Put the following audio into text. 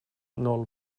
noll